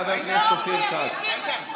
חבר הכנסת אופיר כץ.